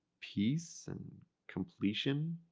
peace and completion,